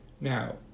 Now